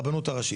הרבנות הראשית.